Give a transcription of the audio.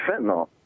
fentanyl